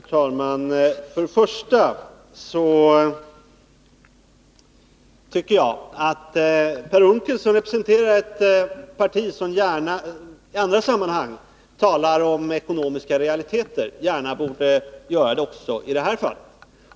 Fru talman! Först och främst tycker jag att Per Unckel, som representerar ett parti som i andra sammanhang gärna talar om ekonomiska realiteter, borde göra detta också i det här fallet.